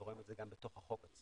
רואים את זה גם בתוך החוק עצמו.